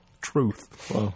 Truth